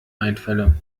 einfälle